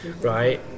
right